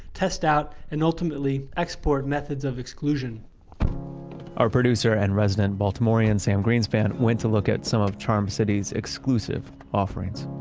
test out, and ultimately export methods of exclusion our producer and former baltimorean sam greenspan went to look at some of charm city's exclusive offerings